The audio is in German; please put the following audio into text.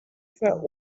für